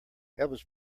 elvis